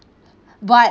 but